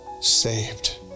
saved